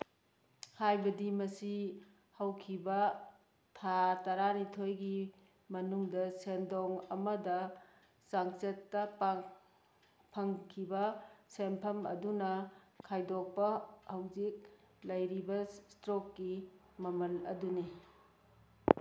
ꯍꯥꯏꯕꯗꯤ ꯃꯁꯤ ꯍꯧꯈꯤꯕ ꯊꯥ ꯇꯔꯥꯅꯤꯊꯣꯏꯒꯤ ꯃꯅꯨꯡꯗ ꯁꯦꯟꯗꯣꯡ ꯑꯃꯗ ꯆꯥꯡꯆꯠꯇ ꯐꯪꯈꯤꯕ ꯁꯦꯟꯐꯝ ꯑꯗꯨꯅ ꯈꯥꯏꯗꯣꯛꯄ ꯍꯧꯖꯤꯛ ꯂꯩꯔꯤꯕ ꯏꯁꯇ꯭ꯔꯣꯛꯀꯤ ꯃꯃꯜ ꯑꯗꯨꯅꯤ